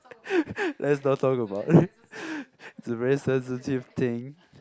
let's not talk about it's a very sensitive thing